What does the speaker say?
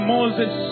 Moses